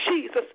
Jesus